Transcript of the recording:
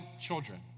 children